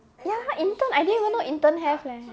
ya intern I didn't even know intern have leh